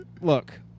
look